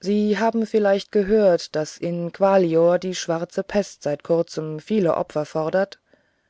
sie haben vielleicht gehört daß in gvalior die schwarze pest seit kurzem viele opfer fordert